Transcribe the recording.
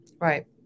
Right